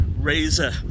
Razor